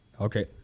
Okay